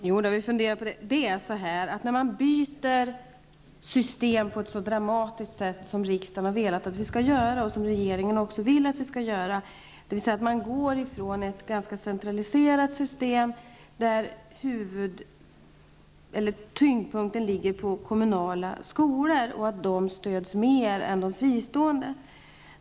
Herr talman! Jo, vi har funderat på den frågan. Riksdagen har beslutat att vi nu på ett mycket dramatiskt sätt skall gå från ett skolsystem till ett annat, och detta är också vad regeringen vill. Vi går nu ifrån ett ganska centraliserat system med tyngdpunkten på kommunala skolor, som stöds i större utsträckning än fristående skolor.